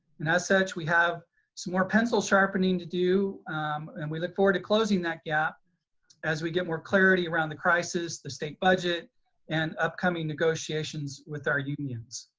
and as such, we have some more pencil sharpening to do. and we look forward to closing that gap as we get more clarity around the crisis, the state budget and upcoming negotiations with our unions.